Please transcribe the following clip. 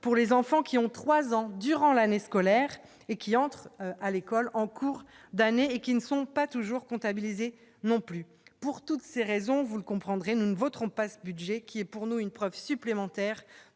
pour les enfants qui ont 3 ans durant l'année scolaire et qui entrent à l'école, en cours d'année et qui ne sont pas toujours comptabilisées non plus pour toutes ces raisons, vous le comprendrez, nous ne voterons pas ce budget qui est pour nous une preuve supplémentaire